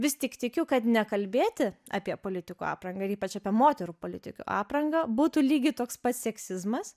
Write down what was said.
vis tik tikiu kad nekalbėti apie politikų aprangą ir ypač apie moterų politikių aprangą būtų lygiai toks pat seksizmas